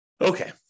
Okay